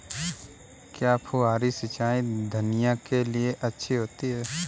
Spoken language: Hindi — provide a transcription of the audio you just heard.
क्या फुहारी सिंचाई धनिया के लिए अच्छी होती है?